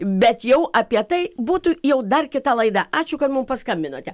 bet jau apie tai būtų jau dar kita laida ačiū kad mum paskambinote